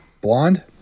Blonde